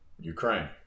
Ukraine